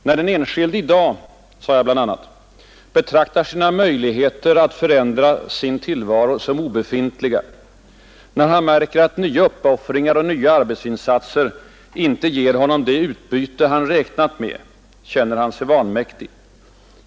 När den enskilde i dag — sade jag bl.a. — betraktar sina möjligheter att förändra sin tillvaro som obefintliga, när han märker att nya uppoffringar och nya arbetsinsatser inte ger honom det utbyte han räknat med, känner han sig vanmäktig.